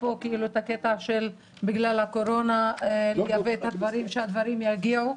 בגלל הקורונה יש קושי לייבא את הדברים ושהם יגיעו.